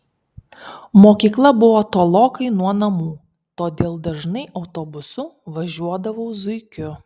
mokykla buvo tolokai nuo namų todėl dažnai autobusu važiuodavau zuikiu